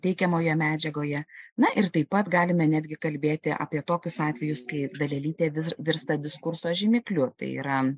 teikiamoje medžiagoje na ir taip pat galime netgi kalbėti apie tokius atvejus kai dalelytė vis virsta diskurso žymikliu tai yra